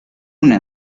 una